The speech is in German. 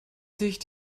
sich